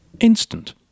instant